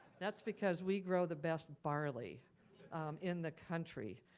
that's because we grow the best barley in the country.